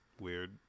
weird